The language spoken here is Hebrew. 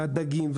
הדגים,